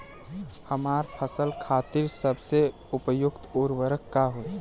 हमार फसल खातिर सबसे उपयुक्त उर्वरक का होई?